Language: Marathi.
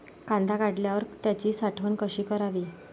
कांदा काढल्यावर त्याची साठवण कशी करावी?